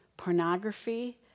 pornography